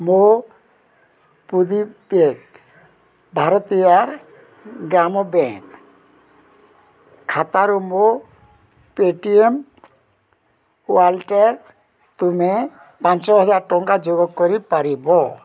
ମୋ ପୁଦିପେକ୍ ଭାରତୀୟାର୍ ଗ୍ରାମ ବ୍ୟାଙ୍କ୍ ଖାତାରୁ ମୋ ପେଟିଏମ୍ ୱାଲେଟ୍ରେ ତୁମେ ପାଞ୍ଚ ହଜାର ଟଙ୍କା ଯୋଗ କରିପାରିବ